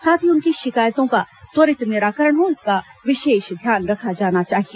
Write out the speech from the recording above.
साथ ही उनकी शिकायतों का त्वरित निराकरण हो इसका विशेष ध्यान रखा जाना चाहिए